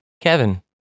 Kevin